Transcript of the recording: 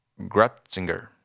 Gratzinger